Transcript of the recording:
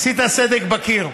עשית סדק בקיר.